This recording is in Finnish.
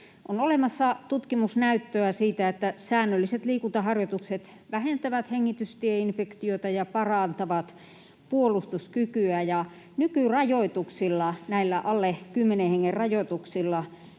On olemassa tutkimusnäyttöä siitä, että säännölliset liikuntaharjoitukset vähentävät hengitystieinfektioita ja parantavat puolustuskykyä. Nykyrajoituksilla, näillä alle kymmenen hengen rajoituksilla